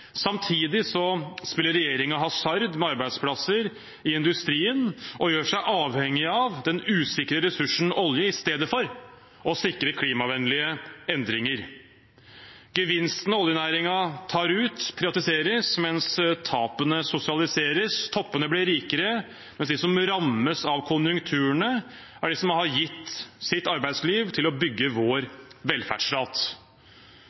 Samtidig spiller regjeringen hasard med arbeidsplasser i industrien og gjør seg avhengig av den usikre ressursen olje i stedet for å sikre klimavennlige endringer. Gevinstene oljenæringen tar ut, privatiseres, mens tapene sosialiseres. Toppene blir rikere, mens de som rammes av konjunkturene, er de som har gitt sitt arbeidsliv til å bygge